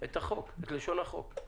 את לשון החוק.